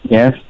Yes